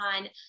on